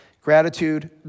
gratitude